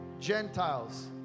Gentiles